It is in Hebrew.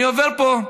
אני עובר פה,